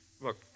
Look